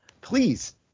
please